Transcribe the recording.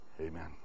Amen